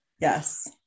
Yes